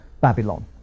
Babylon